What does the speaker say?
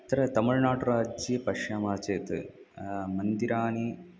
अत्र तमिल्नाड्राज्ये पश्यामः चेत् मन्दिराणि